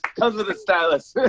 comes with a stylist,